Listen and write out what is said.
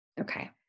Okay